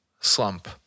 slump